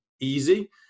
easy